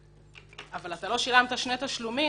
אבל אתה לא שילמת שני תשלומים,